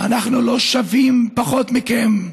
אנחנו לא שווים פחות מכם.